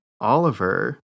Oliver